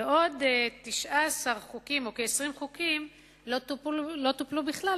ועוד 19 חוקים או כ-20 חוקים לא טופלו בכלל,